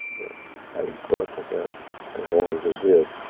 having put up with that as long as they did.